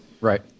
Right